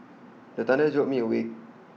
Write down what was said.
the thunder jolt me awake